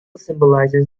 symbolizes